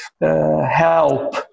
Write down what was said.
help